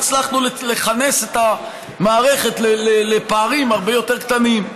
הצלחנו לכנס את המערכת לפערים הרבה יותר קטנים.